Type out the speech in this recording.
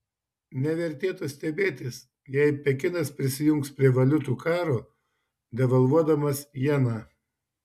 nevertėtų stebėtis jei pekinas prisijungs prie valiutų karo devalvuodamas jeną